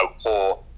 poor